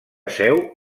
seu